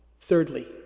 thirdly